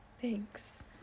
Thanks